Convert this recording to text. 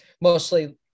mostly